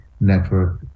network